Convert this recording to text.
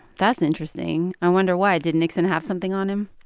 that's interesting. i wonder why. did nixon have something on him?